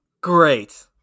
Great